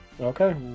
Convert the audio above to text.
Okay